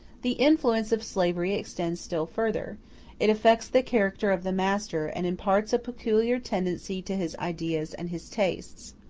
the influence of slavery extends still further it affects the character of the master, and imparts a peculiar tendency to his ideas and his tastes.